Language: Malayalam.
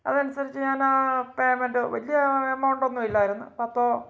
അതനുസരിച്ച് ഞാനാ പേമെന്റ് വലിയ എമൌണ്ട് ഒന്നു ഇല്ലായിരുന്നു പത്തോ